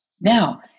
now